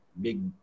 big